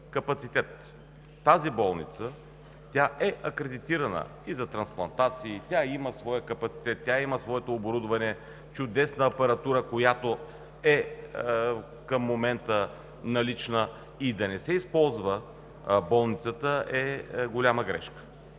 Тази болница е акредитирана и за трансплантации, тя има своя капацитет, тя има своето оборудване, чудесна апаратура, която е налична към момента. Да не се използва болницата е голяма грешка.